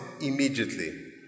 immediately